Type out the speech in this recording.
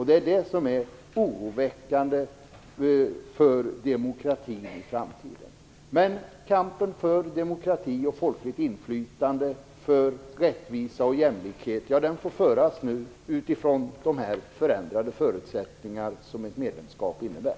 Det är det som är oroväckande för demokratin i framtiden. Men kampen för demokrati och folkligt inflytande, för rättvisa och jämlikhet får nu föras utifrån de förändrade förutsättningar som ett medlemskap innebär.